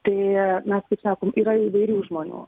tai mes kaip sakom yra įvairių žmonių